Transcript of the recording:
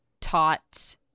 taught